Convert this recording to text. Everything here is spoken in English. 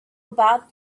about